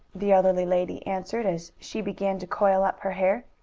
the elderly lady answered, as she began to coil up her hair.